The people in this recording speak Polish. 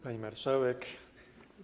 Pani Marszałek!